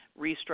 restructure